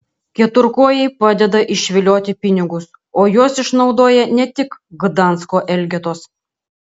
keturkojai padeda išvilioti pinigus o juos išnaudoja ne tik gdansko elgetos